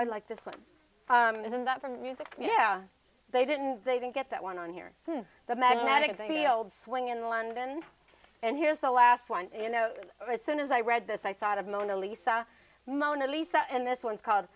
i like this one and that for music yeah they didn't they didn't get that one on here the magnetic field swing in london and here's the last one you know as soon as i read this i thought of mona lisa mona lisa and this one's called